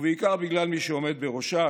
ובעיקר בגלל מי שעומד בראשה,